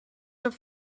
have